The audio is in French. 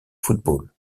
football